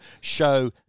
Show